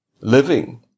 living